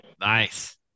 Nice